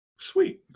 Sweet